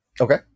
Okay